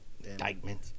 indictment